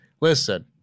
Listen